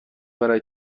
برای